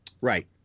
Right